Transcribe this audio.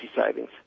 savings